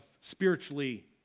spiritually